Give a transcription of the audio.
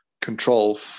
control